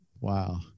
Wow